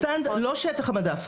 לא שטח המדף.